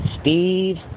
Steve